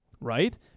Right